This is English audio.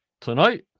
tonight